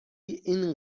این